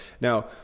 now